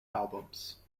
albums